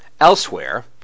Elsewhere